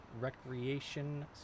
Recreation